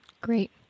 Great